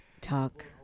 talk